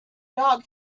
dog